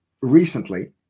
recently